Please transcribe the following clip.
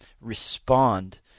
respond